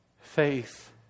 Faith